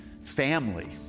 family